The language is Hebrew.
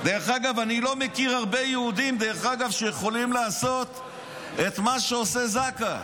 אני לא מכיר הרבה יהודים שיכולים לעשות את מה שעושה זק"א.